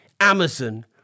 Amazon